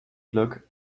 glück